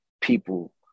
people